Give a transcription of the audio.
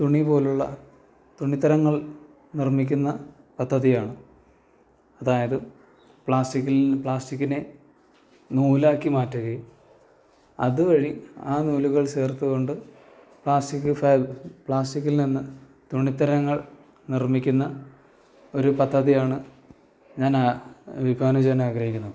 തുണിപോലുള്ള തുണിത്തരങ്ങൾ നിർമിക്കുന്ന പദ്ധതിയാണ് അതായത് പ്ലാസ്റ്റിക്കിൽ പ്ലാസ്റ്റിക്കിനെ നൂലാക്കി മാറ്റുകയും അതുവഴി ആ നൂലുകൾ സേർത്തുകൊണ്ട് പ്ലാസ്റ്റിക് ഫാബ് പ്ലാസ്റ്റിക്കിൽനിന്ന് തുണിത്തരങ്ങൾ നിർമിക്കുന്ന ഒരു പദ്ധതിയാണ് ഞാന് വിഭാവനം ചെയ്യാൻ ആഗ്രഹിക്കുന്നത്